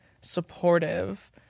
supportive